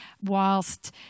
whilst